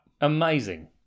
Amazing